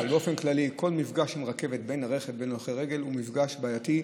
כל מפגש של רכבת עם הולכי רגל הוא מפגש בעייתי.